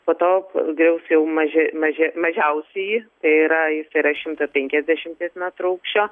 po to jau griaus jau maži maži mažiausįjį tai yra jis yra šimto penkiasdešimties metrų aukščio